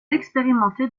expérimenté